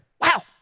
Wow